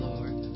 Lord